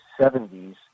70s